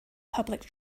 public